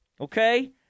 okay